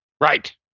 Right